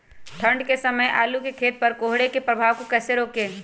ठंढ के समय आलू के खेत पर कोहरे के प्रभाव को कैसे रोके?